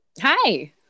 hi